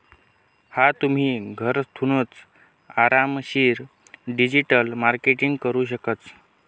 हा तुम्ही, घरथूनच आरामशीर डिजिटल मार्केटिंग करू शकतस